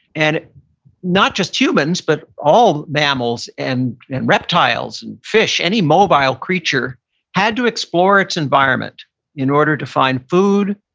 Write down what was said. and not just humans but all mammals, and and reptiles, and fish. any mobile creature had to explore its environment in order to find food,